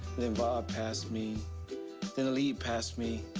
then va'a passed me then ali'i passed me.